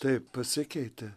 taip pasikeitė